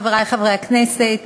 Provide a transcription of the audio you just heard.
חברי חברי הכנסת,